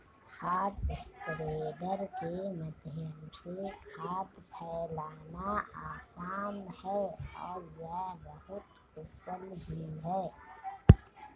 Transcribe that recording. खाद स्प्रेडर के माध्यम से खाद फैलाना आसान है और यह बहुत कुशल भी है